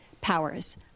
powers